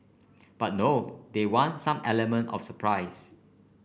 but no they want some element of surprise